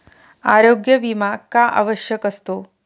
आरोग्य विमा का आवश्यक असतो?